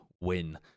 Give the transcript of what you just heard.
win